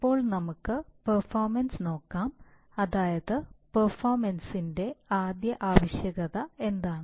ഇപ്പോൾ നമുക്ക് പെർഫോമൻസ് നോക്കാം അതായത് പെർഫോമൻസിൻറെ ആദ്യ ആവശ്യകത എന്താണ്